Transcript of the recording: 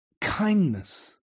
kindness